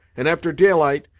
and after daylight,